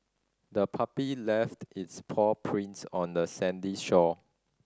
the puppy left its paw prints on the sandy shore